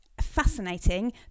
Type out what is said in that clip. fascinating